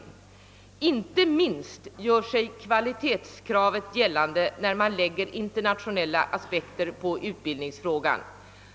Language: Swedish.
Kvalitetskravet gör sig inte minst gällande när man anlägger internationella aspekter på utbildningsfrå gan.